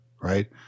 Right